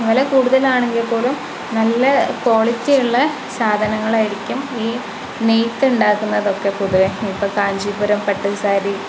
വില കൂടുതലാണെങ്കിൽ പോലും നല്ല കോളിറ്റി ഉള്ള സാധനങ്ങളായിരിക്കും ഈ നെയ്ത് ഉണ്ടാക്കുന്നതൊക്കെ പൊതുവെ ഇപ്പം കാഞ്ചിപുരം പട്ടുസാരി